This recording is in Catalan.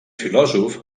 filòsof